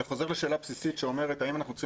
זה חוזר לשאלה בסיסית האם אנחנו צריכים